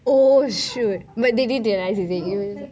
oh shoot but they did realise is it